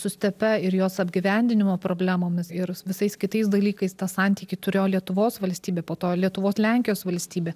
su stepe ir jos apgyvendinimo problemomis ir visais kitais dalykais tas santykį turėjo lietuvos valstybė po to lietuvos lenkijos valstybė